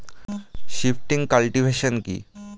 Shifting cultivation কি?